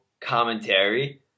Commentary